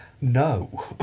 no